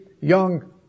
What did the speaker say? young